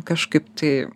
kažkaip tai